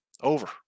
Over